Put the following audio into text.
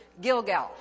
Gilgal